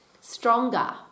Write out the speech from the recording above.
Stronger